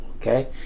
Okay